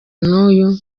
n’uyu